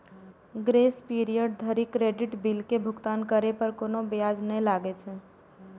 grace period धरि credit bill के भुगतान करै पर कोनो ब्याज नै लागै छै